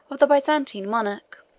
of the byzantine monarch.